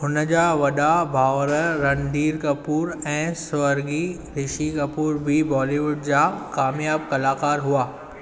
हुन जा वॾा भाउर रणधीर कपूर ऐं स्वर्ॻी ऋषि कपूर बि बॉलीवुड जा कामियाब कलाकार हुआ